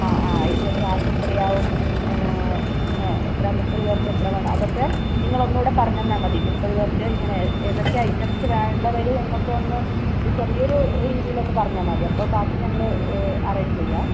ആ ആ ഇതിൻ്റെ ക്യാഷ് എത്രയാവും എന്നു എങ്ങനെ എത്ര മുപ്പതുപേർക്ക് എത്രവേണം അതൊക്കേ നിങ്ങളൊന്നൂടെ പറഞ്ഞുതന്നാൽ മതി മുപ്പതുപേർക്ക് ഇങ്ങനെ ഏതൊക്കേ ഐറ്റംസ് വേണ്ടിവരും എന്നൊക്കേ ഒന്നു ചെറിയൊരു രീതിയിലൊന്നു പറഞ്ഞുതന്നാൽ മതി അപ്പോൾ ബാക്കി ഞങ്ങൾ അറേഞ്ച് ചെയ്യാം